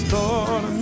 Lord